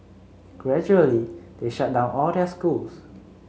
gradually they shut down all their schools